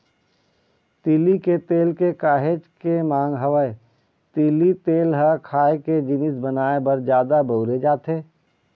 तिली के तेल के काहेच के मांग हवय, तिली तेल ह खाए के जिनिस बनाए बर जादा बउरे जाथे